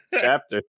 chapter